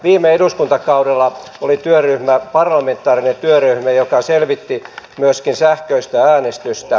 viime eduskuntakaudella oli parlamentaarinen työryhmä joka selvitti myöskin sähköistä äänestystä